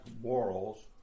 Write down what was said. morals